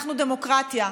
אנחנו דמוקרטיה.